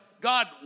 God